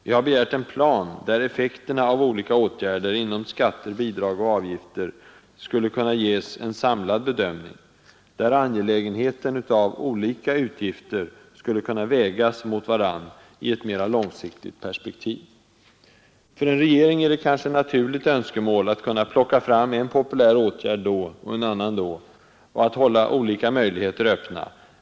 Vi har begärt en plan där effekterna av olika åtgärder, när det gäller skatter, bidrag och avgifter, skulle ges en samlad bedömning, och där olika utgifter skulle kunna vägas mot varandra i ett långsiktigt perspektiv. För en regering är det kanske ett naturligt önskemål att kunna plocka fram en populär åtgärd då och en annan då, att hålla olika möjligheter öppna.